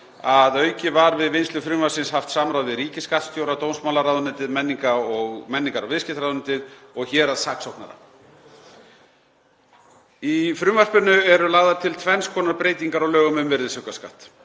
Að auki var við vinnslu frumvarpsins haft samráð við ríkisskattstjóra, dómsmálaráðuneytið, menningar- og viðskiptaráðuneytið og héraðssaksóknara. Í frumvarpinu eru lagðar til tvenns konar breytingar á lögum um virðisaukaskatt.